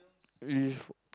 with